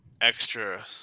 extra